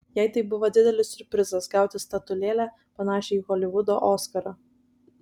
jai tai buvo didelis siurprizas gauti statulėlę panašią į holivudo oskarą